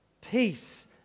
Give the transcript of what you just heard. Peace